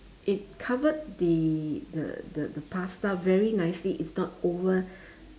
it covered the the the the pasta very nicely it's not over